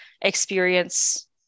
experience